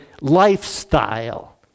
lifestyle